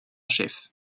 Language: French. chef